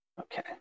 Okay